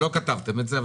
לא כתבתם את זה.